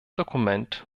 dokument